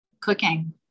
cooking